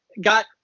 got